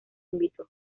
invitó